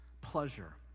pleasure